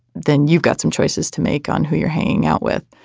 then you've got some choices to make on who you're hanging out with.